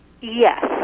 Yes